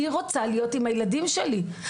אני רוצה להיות עם הילדים שלי.